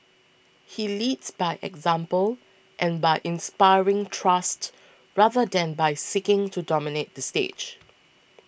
he leads by example and by inspiring trust rather than by seeking to dominate the stage